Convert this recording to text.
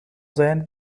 zijn